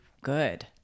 good